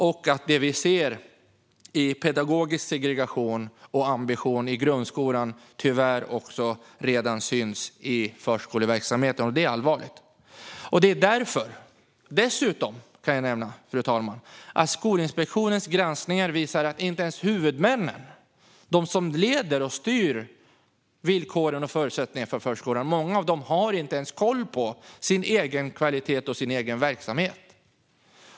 Det vi ser när det gäller pedagogisk segregation och ambition i grundskolan syns tyvärr redan i förskoleverksamheten, och det är allvarligt. Dessutom kan jag nämna, fru talman, att Skolinspektionens granskningar visar att många av huvudmännen, de som leder och styr villkoren och förutsättningarna för förskolan, inte ens har koll på sin egen kvalitet och sin egen verksamhet.